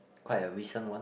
quite a recent one